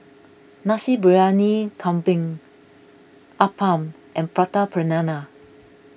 Nasi Briyani Kambing Appam and Prata Banana